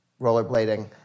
rollerblading